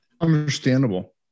understandable